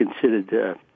considered